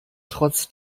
trotz